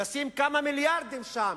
נשים כמה מיליארדים שם,